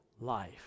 life